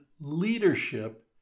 leadership